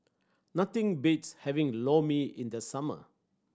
nothing beats having Lor Mee in the summer